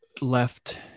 left